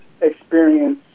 experience